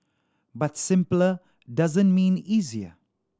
but simpler doesn't mean easier